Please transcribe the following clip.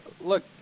Look